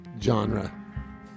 genre